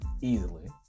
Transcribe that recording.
Easily